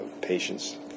patients